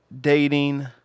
dating